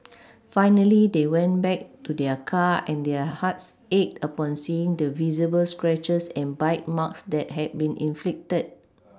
finally they went back to their car and their hearts ached upon seeing the visible scratches and bite marks that had been inflicted